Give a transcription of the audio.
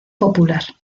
popular